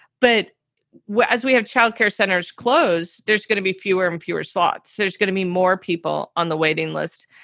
but as we have child care centers close, there's going to be fewer and fewer slots. there's going to be more people on the waiting list.